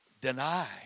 deny